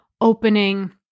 opening